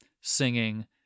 singing